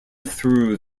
through